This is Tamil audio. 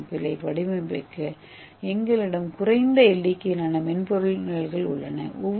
ஏ கட்டமைப்புகளை வடிவமைக்க எங்களிடம் குறைந்த எண்ணிக்கையிலான மென்பொருள் நிரல்கள் உள்ளன